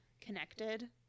connected